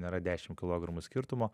nėra dešim kilogramų skirtumo